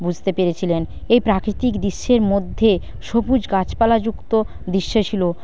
বুঝতে পেরেছিলেন এ প্রাকৃতিক দৃশ্যের মধ্যে সবুজ গাছপালাযুক্ত দৃশ্য ছিল